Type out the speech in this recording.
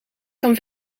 kan